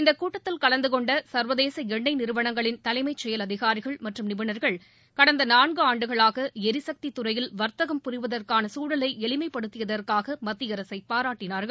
இந்தக் கூட்டத்தில் கலந்து கொண்ட சர்வதேச எண்ணொய் நிறுவனங்களில் தலைமைச் செயல் அதிகாரிகள் மற்றும் நிபுணர்கள் கடந்த நான்காண்டுகளாக எரிசக்தி துறையில் வர்த்தகம் புரிவதற்கான சூழலை எளிமைப்படுத்தியதற்காக மத்திய அரசை பாராட்டினார்கள்